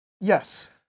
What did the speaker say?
Yes